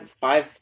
five